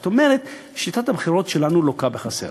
זאת אומרת, שיטת הבחירות שלנו לוקה בחסר.